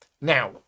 Now